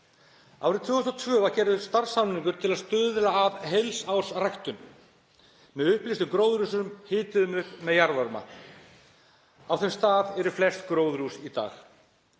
Árið 2002 var gerður starfssamningur til að stuðla að heilsársræktun með upplýstum gróðurhúsum hituðum upp með jarðvarma. Á þeim stað eru flest gróðurhús í dag.